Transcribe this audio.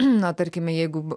na tarkime jeigu